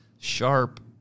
sharp